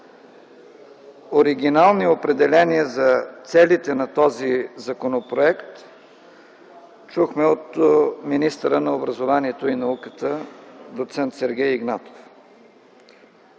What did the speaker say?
оригинални определения за целите на този законопроект чухме от министъра на образованието и науката доц. Сергей Игнатов.